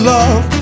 love